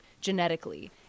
genetically